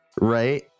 right